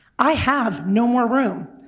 i have no more room.